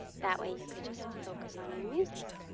that way, you could just focus on your music.